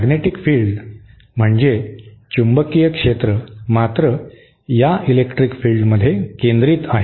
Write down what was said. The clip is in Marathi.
मॅग्नेटीक फिल्ड म्हणजे चुंबकीय क्षेत्र मात्र या इलेक्ट्रिक फील्डमध्ये केंद्रित आहेत